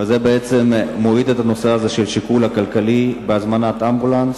וזה מוריד את השיקול הכלכלי בהזמנת אמבולנס.